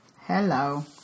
hello